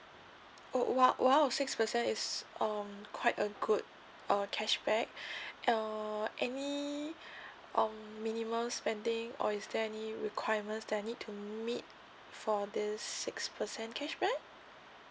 oh !wow! !wow! six percent is um quite a good err cashback uh any um minimum spending or is there any requirements that I need to meet for this six percent cashback